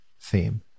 theme